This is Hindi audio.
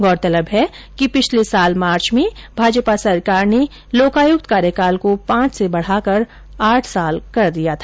गौरतलब है कि पिछले साल मार्चे में भाजपा सरकार ने लोकायुक्त कार्यकाल को पांच से बढाकर आठ साल कर दिया था